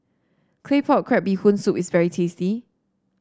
Claypot Crab Bee Hoon Soup is very tasty